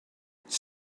it’s